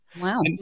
Wow